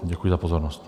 Děkuji za pozornost.